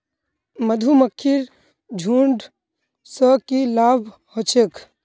मधुमक्खीर झुंड स की लाभ ह छेक